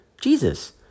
Jesus